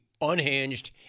unhinged